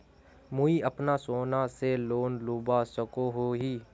मुई अपना सोना से लोन लुबा सकोहो ही?